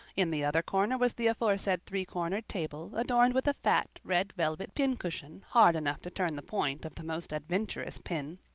in the other corner was the aforesaid three-corner table adorned with a fat, red velvet pin-cushion hard enough to turn the point of the most adventurous pin.